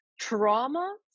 trauma